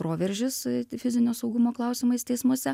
proveržis fizinio saugumo klausimais teismuose